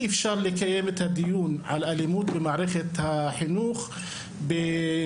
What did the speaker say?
אי-אפשר לקיים את הדיון על אלימות במערכת החינוך בניתוק,